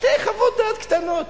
שתי חוות דעת קטנות.